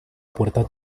puerta